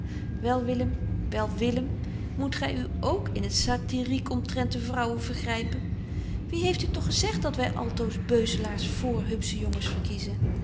willem wel willem moet gy u k in het satirique omtrent de vrouwen vergrypen wie heeft u toch gezegt dat wy altoos beuzelaars vr hupsche jongens verkiezen